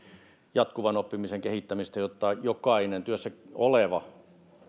jatkuvan oppimisen kehittämisestä jotta jokainen työssä oleva